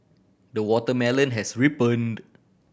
the watermelon has ripened